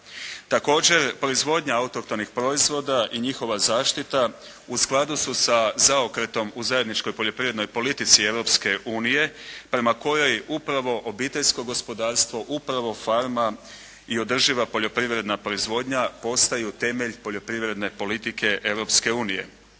Također, proizvodnja autohtonih proizvoda i njihova zaštita u skladu su sa zaokretom u zajedničkoj poljoprivrednoj politici Europske unije prema kojoj upravo obiteljsko gospodarstvo, upravo farma i održiva poljoprivredna proizvodnja postaju temelj poljoprivredne politike